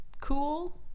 cool